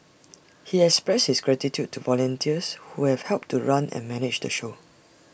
he expressed his gratitude to volunteers who have helped to run and manage the show